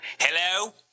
Hello